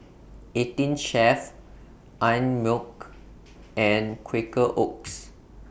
eighteen Chef Einmilk and Quaker Oats